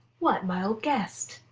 what, my old guest!